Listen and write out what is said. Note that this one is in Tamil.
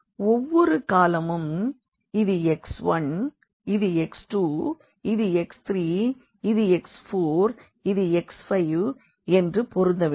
ஒவ்வொரு காலமும் இது x1 இது x2 இது x3 இது x4 இது x5 என்று பொருந்த வேண்டும்